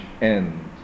end